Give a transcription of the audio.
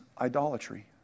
idolatry